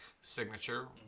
signature